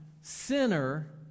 sinner